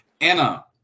Anna